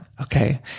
Okay